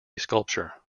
sculpture